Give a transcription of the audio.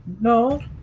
No